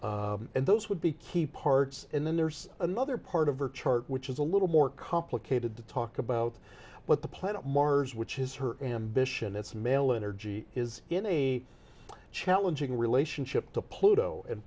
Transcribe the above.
it and those would be key parts and then there's another part of her chart which is a little more complicated to talk about but the planet mars which is her ambition it's male energy is in a challenging relationship to pluto and